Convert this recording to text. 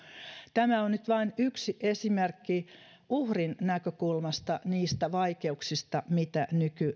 tämä on nyt vain yksi esimerkki uhrin näkökulmasta niistä vaikeuksista mitä